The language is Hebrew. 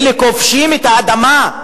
אלה כובשים את האדמה.